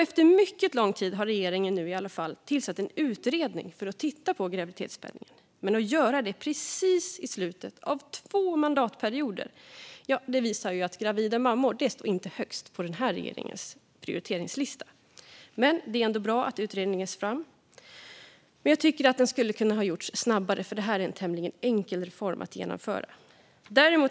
Efter mycket lång tid har regeringen nu tillsatt en utredning för att titta på graviditetspenningen. Men att man gör det precis i slutet av den andra mandatperioden i regeringsställning visar att gravida mammor inte står högst på den här regeringens prioriteringslista. Det är ändå bra att en utredning ska tas fram, men det hade kunnat göras snabbare. Det är en tämligen enkel reform att genomföra.